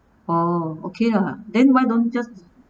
oh okay lah then why don't just